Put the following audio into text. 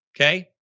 okay